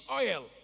oil